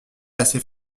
assez